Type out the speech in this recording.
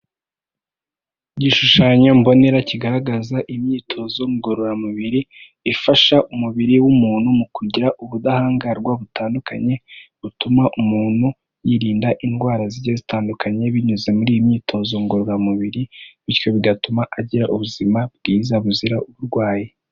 Igishushanyo mbonera kigaragaza imyitozo ngororamubiri, ifasha umubiri w'umuntu mu kugira ubudahangarwa butandukanye, butuma umuntu yirinda indwara zigiye zitandukanye binyuze muri iyi myitozo ngororamubiri bityo bigatuma agira ubuzima bwiza buzira uburwayi.